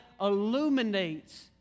illuminates